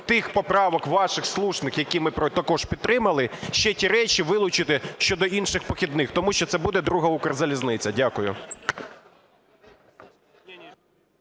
тих поправок ваших слушних, які ми також підтримали, ще ті речі вилучити щодо інших похідних, тому що це буде друга "Укрзалізниця". Дякую.